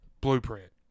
blueprint